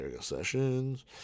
sessions